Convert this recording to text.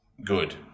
good